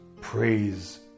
Praise